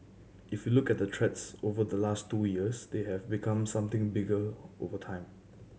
if look at the threats over the last two years they have become something bigger over time